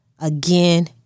again